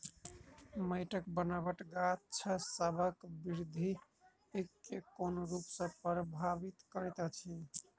माइटक बनाबट गाछसबक बिरधि केँ कोन रूप सँ परभाबित करइत अछि?